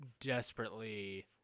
desperately